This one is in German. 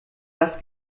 das